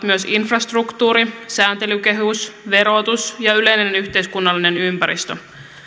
myös infrastruktuuri sääntelykehys verotus ja yleinen yhteiskunnallinen ympäristö